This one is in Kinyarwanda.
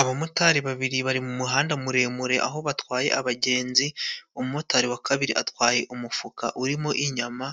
Abamotari babiri bari mu muhanda muremure aho batwaye abagenzi. Umumotari wa kabiri atwaye umufuka urimo inyama